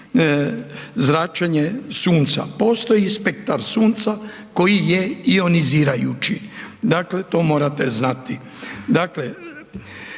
zračenje sunca. Postoji spektar sunca koji je ionizirajući dakle to morate znati.